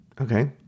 okay